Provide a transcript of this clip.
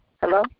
Hello